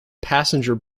passenger